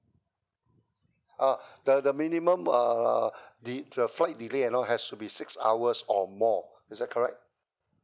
uh the the minimum uh the the flight delay and all has to be six hours or more is that correct